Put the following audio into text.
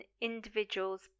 individual's